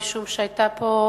משום שהיתה פה,